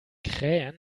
krähen